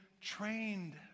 trained